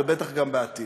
ובטח גם בעתיד.